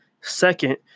Second